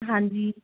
ਹਾਂਜੀ